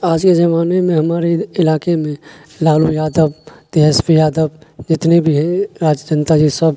آج کے زمانے میں ہمارے علاقے میں لالو یادو تیجسوی یادو جتنے بھی ہیں راشٹریہ جنتا یہ سب